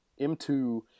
M2